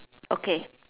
okay